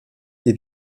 des